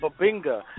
babinga